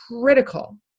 critical